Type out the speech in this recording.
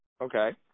Okay